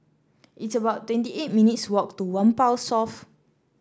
it's about twenty eight minutes walk to Whampoa South